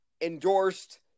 endorsed